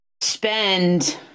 spend